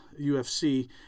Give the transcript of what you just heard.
UFC